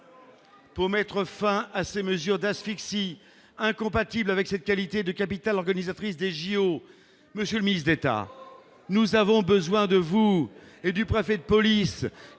Pour mettre fin à ces mesures d'asphyxie incompatible avec ses qualités de capital organisatrice des JO, monsieur le ministre d'État, nous avons besoin de vous, et du préfet de police